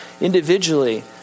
individually